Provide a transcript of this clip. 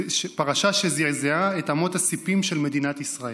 פרשה שזעזעה את אמות הסיפים של מדינת ישראל.